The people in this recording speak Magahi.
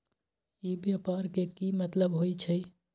ई व्यापार के की मतलब होई छई?